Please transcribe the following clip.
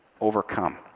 overcome